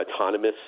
autonomous